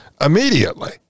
immediately